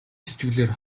сэтгэлээр